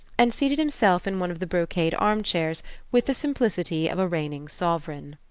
and seated himself in one of the brocade armchairs with the simplicity of a reigning sovereign.